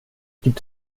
gibt